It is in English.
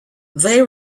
they